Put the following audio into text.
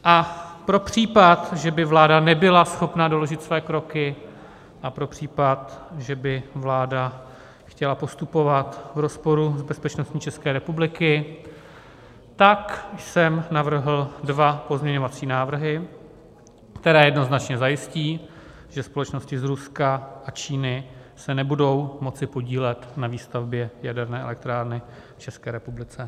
A pro případ, že by vláda nebyla schopna doložit své kroky, a pro případ, že by vláda chtěla postupovat v rozporu s bezpečností České republiky, jsem navrhl dva pozměňovací návrhy, které jednoznačně zajistí, že společnosti z Ruska a Číny se nebudou moci podílet na výstavbě jaderné elektrárny v České republice.